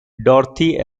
dorothy